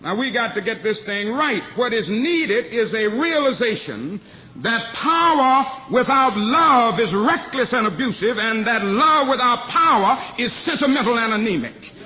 and we got to get this thing right. what is needed is a realization that power without love is reckless and abusive, and that love without power is sentimental and anemic.